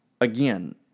again